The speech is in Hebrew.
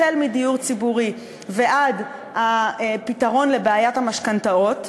מדיור ציבורי ועד הפתרון לבעיית המשכנתאות,